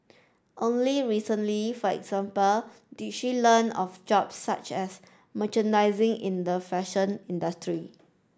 only recently for example did she learn of jobs such as merchandising in the fashion industry